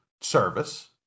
service